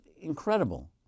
incredible